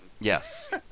Yes